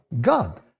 God